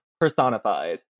personified